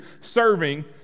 serving